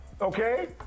okay